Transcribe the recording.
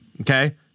okay